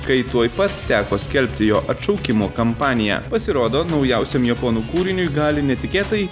kai tuoj pat teko skelbti jo atšaukimo kampaniją pasirodo naujausiam japonų kūriniui gali netikėtai